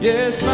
Yes